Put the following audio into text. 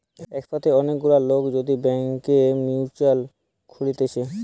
একসাথে অনেক গুলা লোক যদি ব্যাংকে মিউচুয়াল খুলতিছে